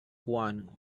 one